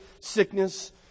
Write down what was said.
sickness